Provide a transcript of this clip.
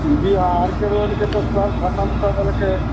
बिहारके रोडके तऽ सब खतम कय देलकै